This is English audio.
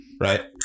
right